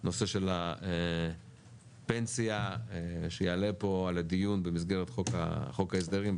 נושא של הפנסיה שיעלה פה לדיון במסגרת חוק ההסדרים.